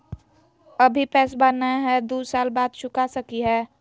अभि पैसबा नय हय, दू साल बाद चुका सकी हय?